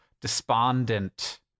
despondent